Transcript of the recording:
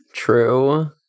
True